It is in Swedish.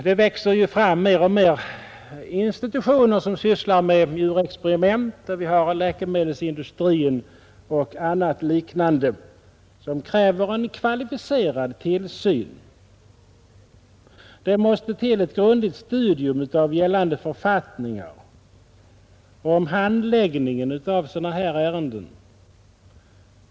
Det växer ju fram allt fler institutioner som sysslar med djurexperiment — vi har läkemedelsindustrin och liknande — och som kräver en kvalificerad tillsyn. Det måste till ett grundligt studium av gällande författningar om handläggningen av sådana här ärenden.